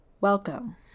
Welcome